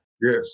Yes